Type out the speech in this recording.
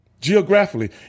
Geographically